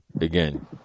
again